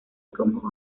como